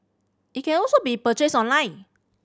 it can also be purchase online